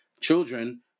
children